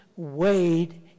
weighed